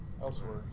elsewhere